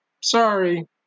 Sorry